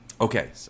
Okay